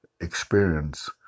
experience